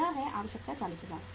यह है आवश्यकता 40000 है